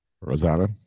Rosanna